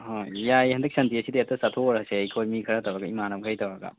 ꯍꯣ ꯌꯥꯏꯑꯦ ꯍꯟꯗꯛ ꯁꯟꯗꯦꯁꯤꯗ ꯍꯦꯛꯇ ꯆꯠꯊꯣꯛꯎꯔꯁꯦ ꯑꯩꯈꯣꯏ ꯃꯤ ꯈꯔ ꯇꯧꯔꯒ ꯏꯃꯥꯅꯕꯒꯈꯩ ꯇꯧꯔꯒ